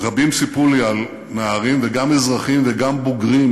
רבים סיפרו לי על נערים, וגם אזרחים וגם בוגרים,